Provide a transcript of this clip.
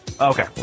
Okay